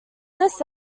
this